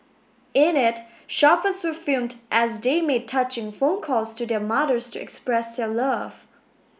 in it shoppers were filmed as they made touching phone calls to their mothers to express their love